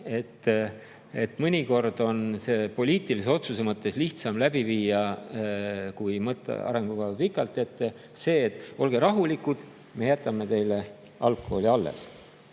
et mõnikord on seda poliitilise otsuse mõttes lihtsam läbi viia, kui mõelda arengukava pikalt ette: olge rahulikud, me jätame teile algkooli alles.